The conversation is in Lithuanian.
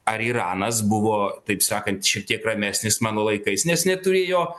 ar iranas buvo taip sakant šiek tiek ramesnis mano laikais nes neturėjo